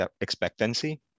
expectancy